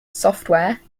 software